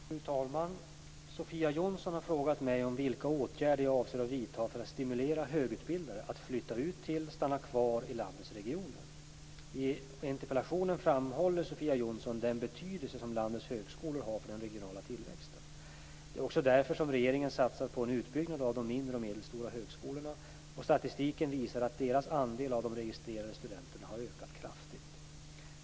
Fru talman! Sofia Jonsson har frågat mig vilka åtgärder jag avser vidta för att stimulera högutbildade att flytta ut till/stanna kvar i landets regioner. I interpellationen framhåller Sofia Jonsson den betydelse som landets högskolor har för den regionala tillväxten. Det är också därför som regeringen satsat på en utbyggnad av de mindre och medelstora högskolorna, och statistiken visar att deras andel av de registrerade studenterna har ökat kraftigt.